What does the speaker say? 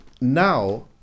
now